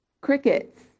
crickets